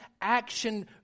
action